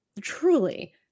truly